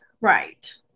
right